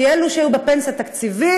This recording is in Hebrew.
כי אלה שהיו בפנסיה תקציבית